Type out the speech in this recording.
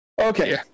Okay